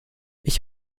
ich